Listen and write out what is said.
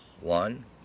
one